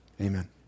Amen